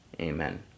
amen